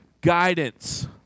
guidance